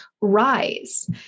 rise